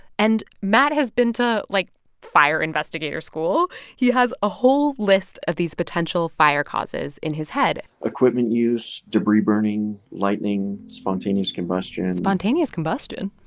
and matt has been to like fire investigator school. he has a whole list of these potential fire causes in his head equipment use, debris burning, lightning, spontaneous combustion. and spontaneous combustion?